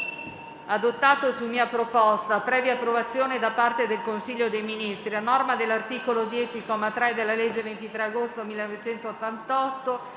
adottato su mia proposta, previa approvazione da parte del Consiglio dei Ministri, a norma dell'articolo 10, comma 3, della legge 23 agosto l988,